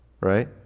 Right